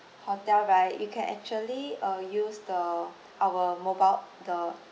hotel right you can actually uh use the our mobile the